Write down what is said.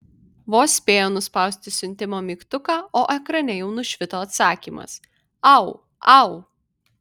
vos spėjo nuspausti siuntimo mygtuką o ekrane jau nušvito atsakymas au au